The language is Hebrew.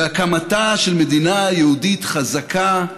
בהקמתה של מדינה יהודית חזקה,